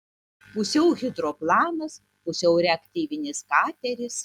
pusiau hidroplanas pusiau reaktyvinis kateris